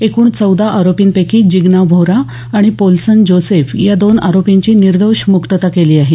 एकूण चौदा आरोपींपैकी जिग्ना व्होरा आणि पोल्सन जोसेफ या दोन आरोपींची न्यायालयानं निर्दोष मुक्तता केली आहे